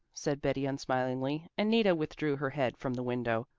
said betty unsmilingly, and nita withdrew her head from the window,